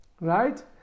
right